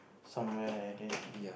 somewhere then you